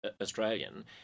Australian